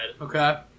Okay